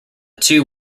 two